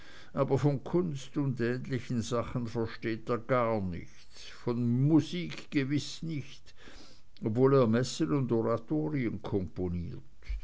aber von kunst und ähnlichen sachen versteht er gar nichts von musik gewiß nicht wiewohl er messen und oratorien komponiert